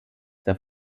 der